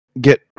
get